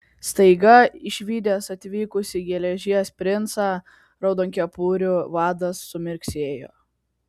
staiga išvydęs atvykusį geležies princą raudonkepurių vadas sumirksėjo